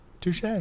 touche